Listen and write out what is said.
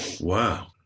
Wow